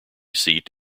seat